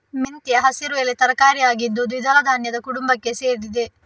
ಮೆಂತ್ಯ ಹಸಿರು ಎಲೆ ತರಕಾರಿ ಆಗಿದ್ದು ದ್ವಿದಳ ಧಾನ್ಯದ ಕುಟುಂಬಕ್ಕೆ ಸೇರಿದೆ